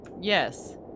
yes